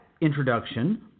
introduction